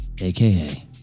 AKA